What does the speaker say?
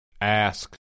Ask